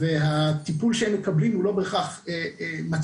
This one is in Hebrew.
והטיפול שהם מקבלים הוא לא בהכרח מתאים,